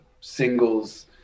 singles